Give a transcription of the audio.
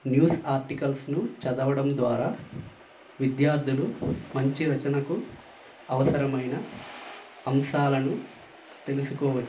news ఆర్టికల్స్ను చదవడం ద్వారా విద్యార్థులు మంచి రచనకు అవసరమైన అంశాలను తెలుసుకోవచ్చు